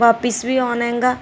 ਵਾਪਿਸ ਵੀ ਆਉਣਾ ਹੈਗਾ